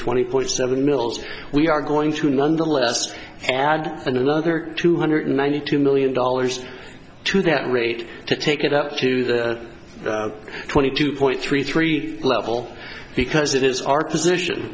twenty point seven mills we are going to nonetheless add another two hundred ninety two million dollars to that rate to take it up to the twenty two point three three level because it is our position